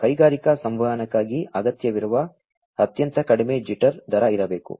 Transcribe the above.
ಕೈಗಾರಿಕಾ ಸಂವಹನಕ್ಕೆ ಅಗತ್ಯವಿರುವ ಅತ್ಯಂತ ಕಡಿಮೆ ಜಿಟರ್ ದರ ಇರಬೇಕು